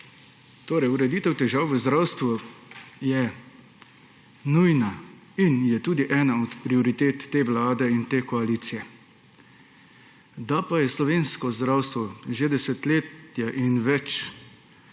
kolegi! Ureditev težav v zdravstvu je nujna in je tudi ena od prioritet te vlade in te koalicije. Da pa v slovenskem zdravstvu že desetletje in več vlada